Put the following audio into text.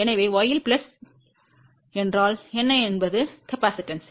எனவே y இல் plus என்றால் என்ன என்பது கொள்ளளவு ஏனெனில் y jωC